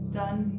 done